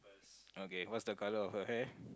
okay what's the colour of her hair